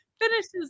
finishes